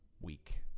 week